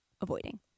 avoiding